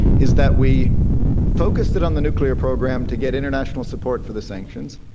is that we focused it on the nuclear program to get international support for the sanctions,